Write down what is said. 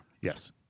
Yes